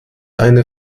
eine